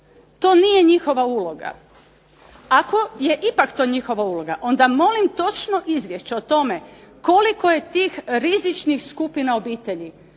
to nije njihova uloga. Ako je to njihova uloga onda molim točno izvješće o tome koliko je tih rizičnih skupina obitelji